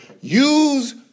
use